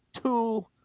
two